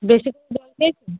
বেশি করে জল খেয়েছো